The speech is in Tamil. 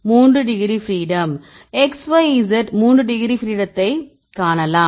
3 degree freedom x y z 3 degree ஃப்ரீடத்தை காணலாம்